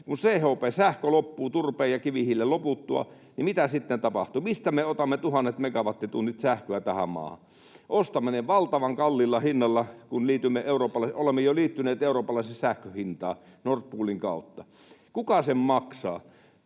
Kun CHP-sähkö loppuu turpeen ja kivihiilen loputtua, niin mitä sitten tapahtuu? Mistä me otamme tuhannet megawattitunnit sähköä tähän maahan? Ostamme ne valtavan kalliilla hinnalla, [Petri Huru: Juuri näin!] kun olemme jo liittyneet eurooppalaiseen sähkön hintaan Nord Poolin kautta. Kuka sen maksaa?